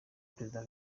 perezida